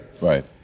Right